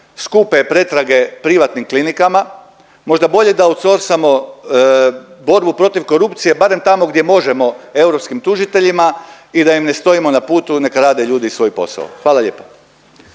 skupe pretrage privatnim klinikama možda bolje da outsorsamo borbu protiv korupcije barem tamo gdje možemo europskim tužiteljima i da im ne stojimo na putu, neka rade ljudi svoj posao, hvala lijepa.